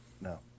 no